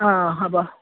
অ হ'ব